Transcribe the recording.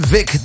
Vic